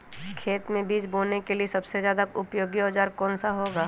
खेत मै बीज बोने के लिए सबसे ज्यादा उपयोगी औजार कौन सा होगा?